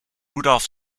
rudolf